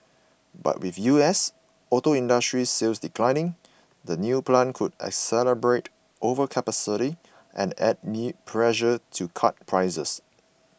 but with U S auto industry sales declining the new plant could exacerbate overcapacity and add me pressure to cut prices